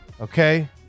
okay